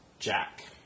jack